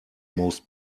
most